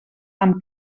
amb